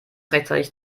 rechtzeitig